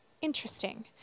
Interesting